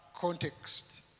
context